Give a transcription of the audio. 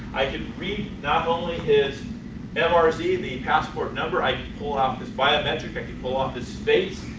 i could read not only his and ah mrz the and the passport number, i could pull out his biometric, i pull off his face,